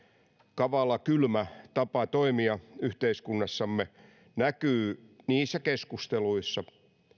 kavala kylmä tapa toimia yhteiskunnassamme näkyy niissä keskusteluissa